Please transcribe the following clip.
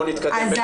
אני